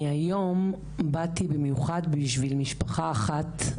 אני היום באתי במיוחד בשביל משפחה אחת,